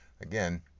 Again